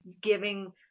giving